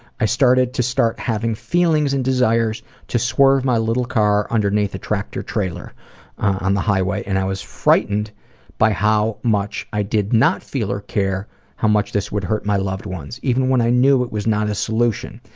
i started to start having feelings and desires to swerve my little car underneath the tractor-trailer on the highway, and i was frightened by how much i did not feel or care how much this would hurt my loved ones. even when i knew it was not a solution,